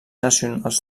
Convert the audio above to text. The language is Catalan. nacionals